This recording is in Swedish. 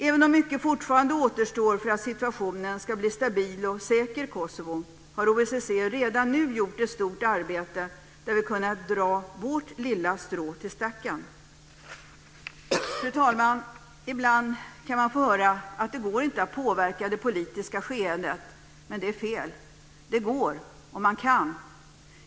Även om mycket fortfarande återstår för att situationen ska bli stabil och säker i Kosovo, har OSSE redan nu gjort ett stort arbete där vi har kunnat dra vårt lilla strå till stacken. Fru talman! Ibland kan man få höra att det inte går att påverka det politiska skeendet, men det är fel. Det går, och man kan.